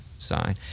sign